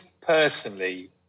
personally